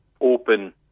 open